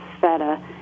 feta